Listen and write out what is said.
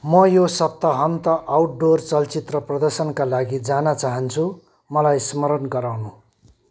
म यो सप्ताहन्त आउटडोर चलचित्र प्रदर्शनका लागि जान चाहन्छु मलाई स्मरण गराउनू